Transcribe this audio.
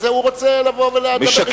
והוא רוצה לבוא ולדבר אתכם,